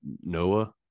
Noah